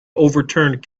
overturned